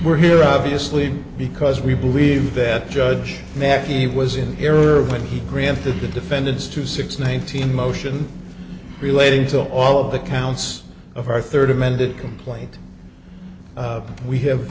we're here obviously because we believe that judge mackey was in error when he granted the defendants to six nineteen motion relating to all of the counts of our third amended complaint we have